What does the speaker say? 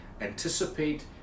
anticipate